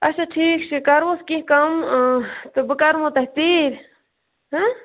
آچھا ٹھیٖک چھُ کرہوس کیٚنٛہہ کَم اۭں تہٕ بہٕ کرہو تۄہہِ ژیٖرۍ